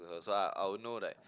so I I will know like